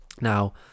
Now